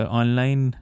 online